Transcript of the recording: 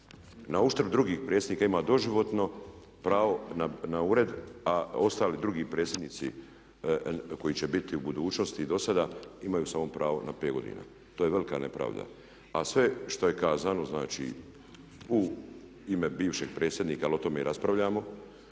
na uštrb drugih predsjednika ima doživotno pravo na ured a ostali drugi predsjednici koji će biti u budućnosti i do sada imaju samo pravo na 5 godina, to je velika nepravda. A sve što je kazano, znači u ime bivšeg predsjednika ali o tome i raspravljamo,